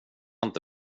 inte